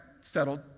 settled